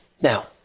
Now